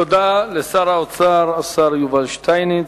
תודה לשר האוצר, השר יובל שטייניץ.